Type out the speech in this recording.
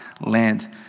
land